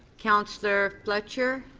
councillor fletcher?